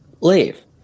leave